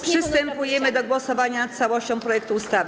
Przystępujemy do głosowania nad całością projektu ustawy.